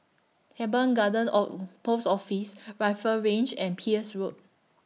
Teban Garden of Post Office Rifle Range and Peirce Road